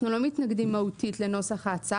חשוב לי להגיד שאנחנו לא מתנגדים מהותית לנוסח ההצעה,